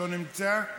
לא נמצא,